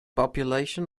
population